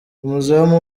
umuzamu